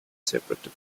separate